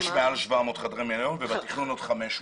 מעל 700 חדרי מלון ובתכנון עוד 500,